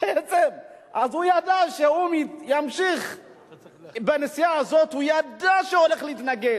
אז הוא ידע שאם הוא ימשיך בנסיעה הזאת הוא הולך להתנגש,